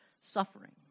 suffering